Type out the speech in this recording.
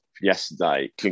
yesterday